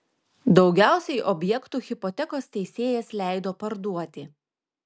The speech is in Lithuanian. daugiausiai objektų hipotekos teisėjas leido parduoti